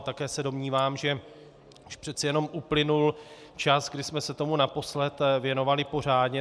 Také se domnívám, že již přece jenom uplynul čas, kdy jsme se tomu naposledy věnovali pořádně.